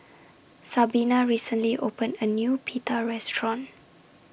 Sabina recently opened A New Pita Restaurant